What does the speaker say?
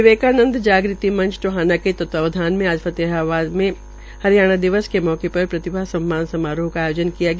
विवेकानंद जाग़ति मंच टोहाना के तत्वावधान में आज फतेहाबाद में हरियाणा दिवस के उपलक्ष में प्रतिभा सम्मान समारोह का आयोजन किया गया